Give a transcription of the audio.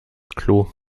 klo